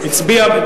הוא הצביע,